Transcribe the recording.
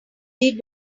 did